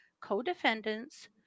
co-defendants